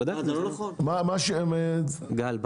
גל,